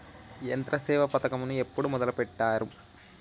యంత్రసేవ పథకమును ఎప్పుడు మొదలెట్టారు?